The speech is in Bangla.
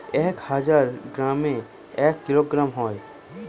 এক হাজার গ্রামে এক কিলোগ্রাম হয়